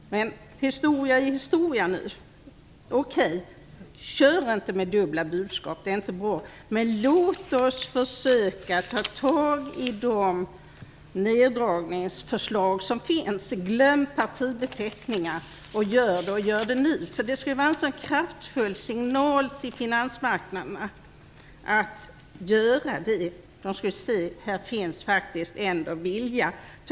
Men historia är historia nu. Kör bara inte med dubbla budskap, för det är inte bra. Låt oss i stället försöka ta tag i de neddragningsförslag som finns och glömma partibeteckningar, och det skall göras nu. Att göra det skulle innebära en mycket kraftfull signal till finansmarknaden, som skulle se att det ändå finns en vilja här.